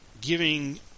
giving